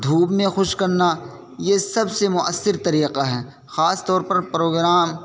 دھوپ میں خشک کرنا یہ سب سے مؤثر طریقہ ہے خاص طور پر پروگرام